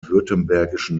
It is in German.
württembergischen